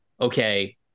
okay